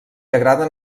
agraden